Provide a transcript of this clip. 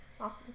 awesome